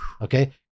okay